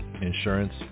insurance